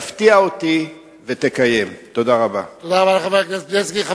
תפתיע אותי ותקיים." תודה רבה לחבר הכנסת בילסקי.